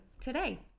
today